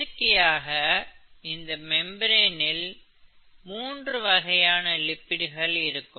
இயற்கையாக இந்த மெம்பிரனில் மூன்று வகையான லிப்பிடுகள் இருக்கும்